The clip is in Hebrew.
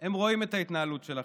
הם רואים את ההתנהלות שלכם,